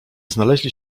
znaleźli